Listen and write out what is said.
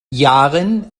yaren